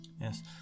Yes